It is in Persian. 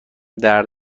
درد